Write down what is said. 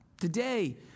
Today